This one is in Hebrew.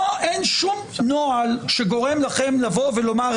אין שום נוהל שגורם לכם לבוא ולומר,